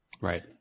Right